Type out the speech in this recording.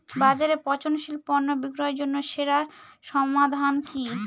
বাজারে পচনশীল পণ্য বিক্রির জন্য সেরা সমাধান কি?